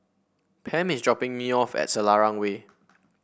Pam is dropping me off at Selarang Way